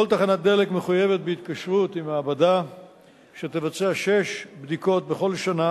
כל תחנת דלק מחויבת בהתקשרות עם מעבדה שתבצע שש בדיקות בכל שנה,